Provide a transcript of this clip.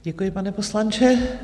Děkuji, pane poslanče.